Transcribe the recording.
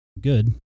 good